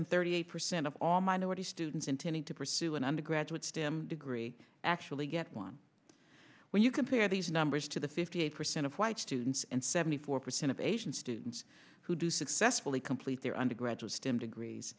and thirty eight percent of all minority students intending to pursue an undergraduate stim degree actually get one when you compare these numbers to the fifty eight percent of white students and seventy four percent of asian students who do successfully complete their undergraduate stem degrees